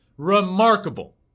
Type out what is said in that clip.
Remarkable